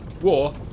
War